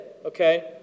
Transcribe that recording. Okay